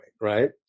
right